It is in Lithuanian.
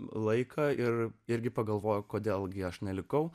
laiką ir irgi pagalvojau kodėl gi aš nelikau